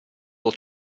will